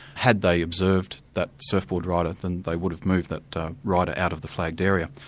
had they observed that surfboard rider, then they would have moved that rider out of the flagged area.